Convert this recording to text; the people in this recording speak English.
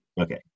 Okay